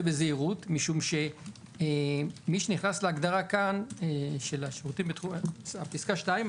בזהירות משום שמי שנכנס להגדרה כאן בפסקה (2),